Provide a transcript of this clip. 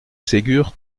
ségur